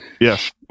Yes